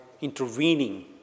intervening